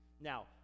Now